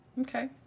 Okay